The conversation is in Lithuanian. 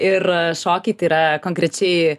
ir šokiai tai yra konkrečiai